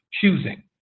choosing